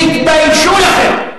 תתביישו לכם.